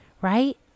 right